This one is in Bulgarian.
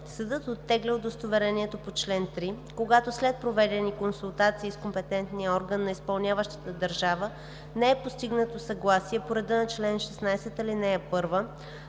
Съдът оттегля удостоверението по чл. 3, когато след проведени консултации с компетентния орган на изпълняващата държава не е постигнато съгласие по реда на чл. 16, ал. 1 за